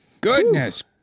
Goodness